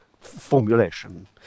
formulation